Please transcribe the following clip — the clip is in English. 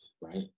right